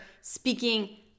speaking